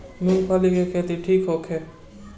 मूँगफली के खेती ठीक होखे?